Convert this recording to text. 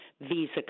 visa